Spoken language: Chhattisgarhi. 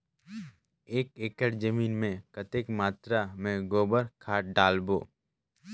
एक एकड़ जमीन मे कतेक मात्रा मे गोबर खाद डालबो?